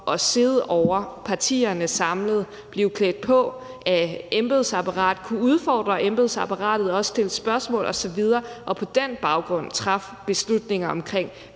samlet ovre i ministeriet og blive klædt på af embedsapparatet og kunne udfordre embedsapparatet og stille spørgsmål osv. og på den baggrund træffe beslutninger om,